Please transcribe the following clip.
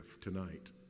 tonight